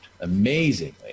amazingly